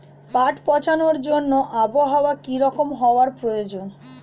পাট পচানোর জন্য আবহাওয়া কী রকম হওয়ার প্রয়োজন?